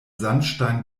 sandstein